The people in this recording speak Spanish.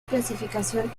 clasificación